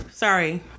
Sorry